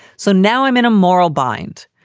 so now i'm in a moral bind.